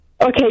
Okay